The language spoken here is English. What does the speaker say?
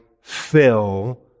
fill